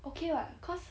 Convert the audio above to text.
okay what cause